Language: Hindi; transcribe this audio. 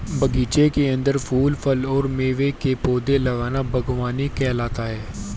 बगीचे के अंदर फूल, फल और मेवे के लिए पौधे लगाना बगवानी कहलाता है